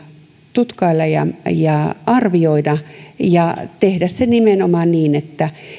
tutkailla ja arvioida ja tehdä se nimenomaan niin että